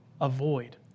Avoid